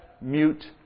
mute